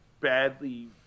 badly